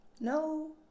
no